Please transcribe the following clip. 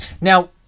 Now